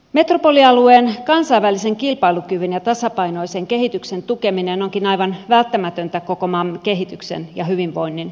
metropolialueen kansainvälisen kilpailukyvyn ja tasapainoisen kehityksen tukeminen onkin aivan välttämätöntä koko maamme kehitykselle ja hyvinvoinnille